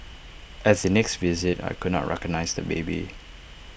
at the next visit I could not recognise the baby